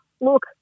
look